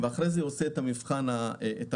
ואחרי זה עושה את המבחן המעשי.